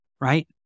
right